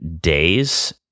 days